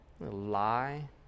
Lie